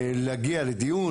להגיע לדיון,